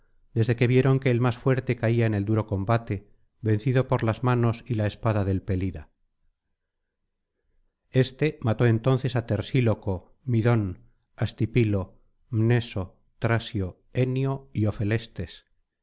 desde que vieron que el más fuerte caía en el duro combate vencido por las manos y la espada del pelida éste mató entonces á tersíloco midón astipilo mneso trasio enio y